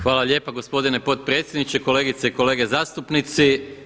Hvala lijepa gospodine potpredsjedniče, kolegice i kolege zastupnici.